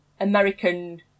American